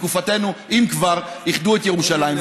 בתקופתנו אם כבר איחדו את ירושלים,